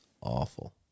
awful